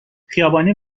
خیابانی